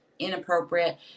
inappropriate